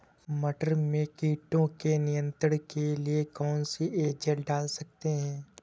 मटर में कीटों के नियंत्रण के लिए कौन सी एजल डाल सकते हैं?